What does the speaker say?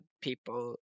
people